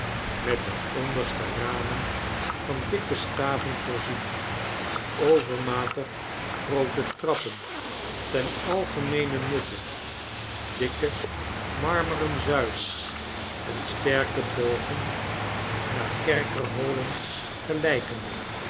met de onderste ramen van dikke staven voorzien overmatig groote trappen ten algemeenen nutte dikke marmeren zuilen en sterke bogen naar kerkerholen gelijkende